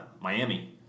Miami